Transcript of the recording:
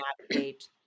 navigate